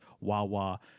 Wawa